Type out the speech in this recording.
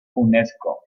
unesco